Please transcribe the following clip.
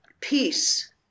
peace